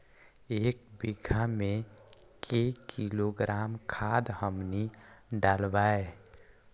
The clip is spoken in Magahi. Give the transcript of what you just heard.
एक बीघा मे के किलोग्राम खाद हमनि डालबाय?